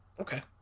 Okay